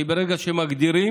כי ברגע שמגדירים,